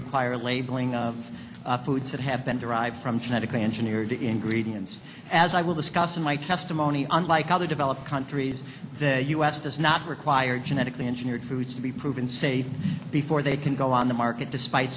require labeling of foods that have been derived from genetically engineered ingredients as i will discuss in my testimony unlike other developed countries the u s does not require genetically engineered foods to be proven safe before they can go on the market despite